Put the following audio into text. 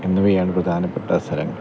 എന്നിവയാണ് പ്രധാനപ്പെട്ട സ്ഥലങ്ങൾ